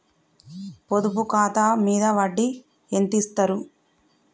పొదుపు ఖాతా మీద వడ్డీ ఎంతిస్తరు?